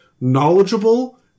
knowledgeable